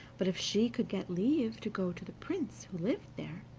but if she could get leave to go to the prince who lived there,